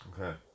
Okay